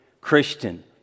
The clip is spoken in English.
Christian